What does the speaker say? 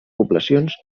poblacions